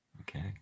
Okay